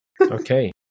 okay